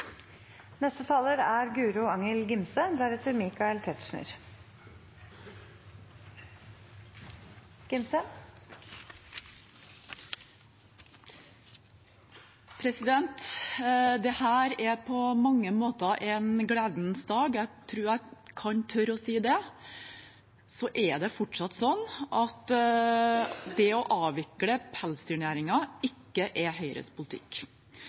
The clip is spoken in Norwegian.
er på mange måter en gledens dag, jeg tror jeg kan tørre å si det. Det er fortsatt sånn at det å avvikle pelsdyrnæringen ikke er Høyres politikk,